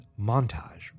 montage